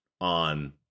on